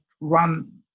run